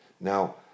Now